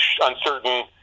uncertain